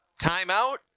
Timeout